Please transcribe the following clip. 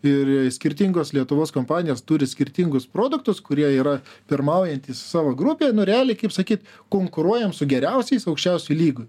ir skirtingos lietuvos kompanijos turi skirtingus produktus kurie yra pirmaujantys savo grupėj nu realiai kaip sakyt konkuruojam su geriausiais aukščiausioj lygoj